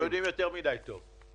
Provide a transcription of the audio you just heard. אנחנו יודעים יותר מידיי טוב.